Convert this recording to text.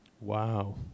Wow